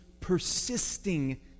persisting